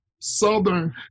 Southern